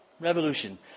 Revolution